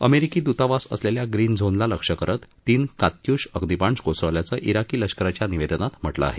अमेरिकी दूतावास असलेल्या ग्रीनझोनला लक्ष्य करत तीन कात्युष अग्नीबाण कोसळल्याचं जिकी लष्कराच्या निवेदनात म्हटलं आहे